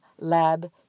lab